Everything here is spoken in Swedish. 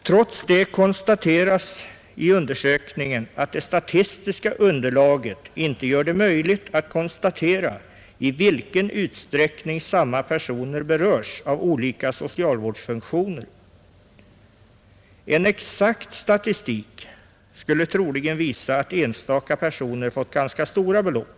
Trots det konstateras i undersökningen att det statistiska underlaget inte gör det möjligt att slå fast i vilken utsträckning samma personer berörs av olika socialvårdsfunktioner. En exakt statistik skulle troligen visa att enstaka personer fått ganska stora belopp.